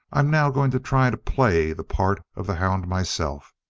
i'm now going to try to play the part of the hound myself.